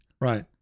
Right